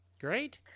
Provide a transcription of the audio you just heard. Great